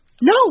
No